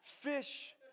fish